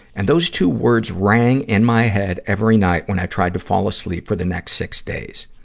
and those two words rang in my head every night when i tried to fall asleep for the next six days.